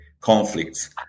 conflicts